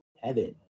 heaven